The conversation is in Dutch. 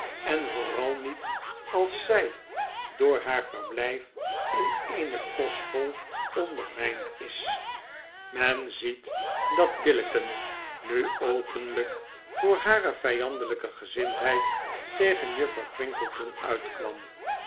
en vooral niet als zij door haar verblijf in eene kostschool ondermijnd is h f mm km p tjmmmitliiim mithm een onaangename staat van zaken t men ziet dat billicken nu openlyk voor hare vyandelyke gezindheid tegenjuffrouw twinkleton uitkwam